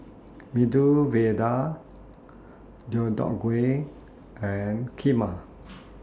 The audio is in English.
Medu Vada Deodeok Gui and Kheema